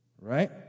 right